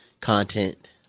content